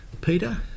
Peter